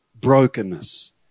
brokenness